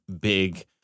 big